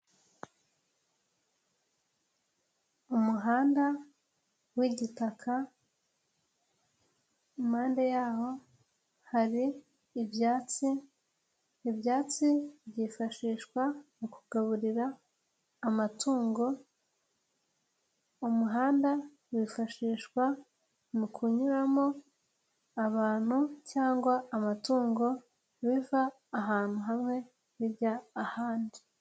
Umuhanda w'gitaka impande yaho hari ibyatsi, ibyatsi byifashishwa mu kugaburira amatungo. Umuhanda wifashishwa mu kunyuramo abantu cyangwa amatungo biva ahantu hamwe bijya ahandi.